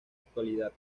actualidad